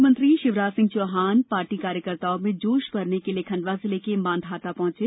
मुख्यमंत्री शिवराज सिंह चौहान पार्टी कार्यकर्ताओं में जोश भरने के लिए खंडवा जिले के मांधाता पहुंचे